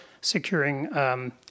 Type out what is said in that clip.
securing